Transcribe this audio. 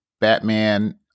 Batman